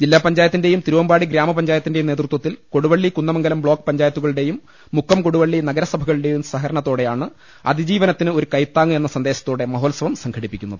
ജില്ലാ പഞ്ചായത്തിന്റെയും തിരുവമ്പാടി ഗ്രാമപഞ്ചായത്തി ന്റെയും നേതൃത്വത്തിൽ കൊടുവളളി കുന്നമംഗലം ബ്ലോക്ക് പഞ്ചായത്തുകളുടെയും മുക്കം കൊടുവളളി നഗരസഭകളുടെയും സഹകരണത്തോടെയാണ് അതിജീവനത്തിന് ഒരു കൈത്താങ്ങ് എന്ന സന്ദേശത്തോടെ മഹോത്സവം സംഘടിപ്പിക്കുന്നത്